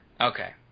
Okay